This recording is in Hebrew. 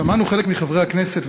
שמענו חלק מחברי הכנסת,